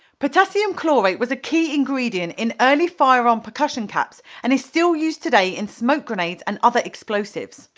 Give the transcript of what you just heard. potassium chlorate was a key ingredient in early firearm percussion caps and is still used today in smoke grenades and other explosives.